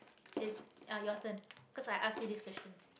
it's ah your turn 'cause i asked you this question